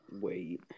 wait